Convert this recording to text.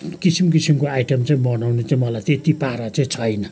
किसिम किसिमको आइटम चाहिँ बनाउनु चाहिँ मलाई त्यति पारा चाहिँ छैन